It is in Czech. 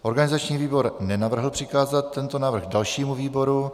Organizační výbor nenavrhl přikázat tento návrh dalšímu výboru.